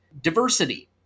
Diversity